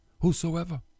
whosoever